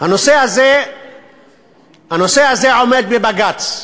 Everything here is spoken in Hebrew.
הנושא הזה עומד בבג"ץ.